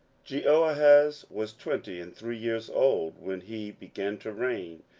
jehoahaz was twenty and three years old when he began to reign,